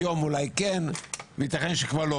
היום אולי כן וייתכן שכבר לא